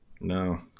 No